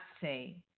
say